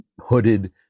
hooded